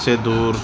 سے دور